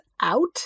out